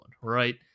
right